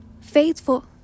faithful